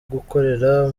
gukorera